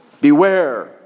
Beware